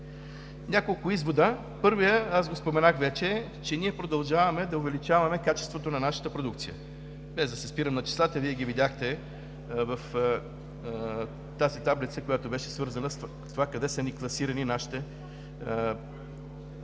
Няколко извода. Първият го споменах вече – ние продължаваме да увеличаваме качеството на нашата продукция, без да се спирам на числата, Вие ги видяхте в таблицата, която беше свързана с това, къде са ни класирали нашите публикации.